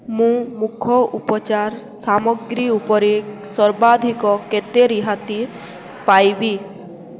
ମୁଁ ମୁଖ ଉପଚାର ସାମଗ୍ରୀ ଉପରେ ସର୍ବାଧିକ କେତେ ରିହାତି ପାଇବି